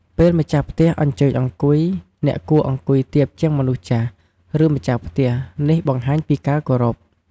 ពេលម្ចាស់ផ្ទះអញ្ជើញអង្គុយ អ្នកគួរអង្គុយទាបជាងមនុស្សចាស់ ឬ ម្ចាស់ផ្ទះ នេះបង្ហាញពីការគោរព។